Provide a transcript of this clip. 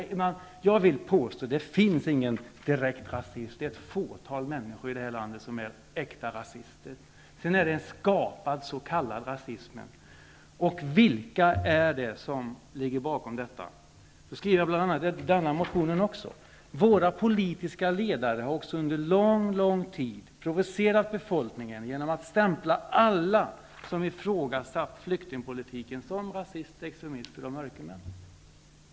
Jag vill påstå att det inte finns någon direkt rasism. Det finns ett fåtal människor i det här landet som är äkta rasister. Och sedan finns en skapad s.k. rasism. Vilka är det som ligger bakom detta? Jag tar bl.a. upp detta i en motion: Våra politiska ledare har också under lång, lång tid provocerat befolkningen genom att stämpla alla som ifrågasatt flyktingpolitiken som rasister, extremister och mörkermän.